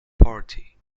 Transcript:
party